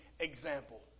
example